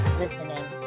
listening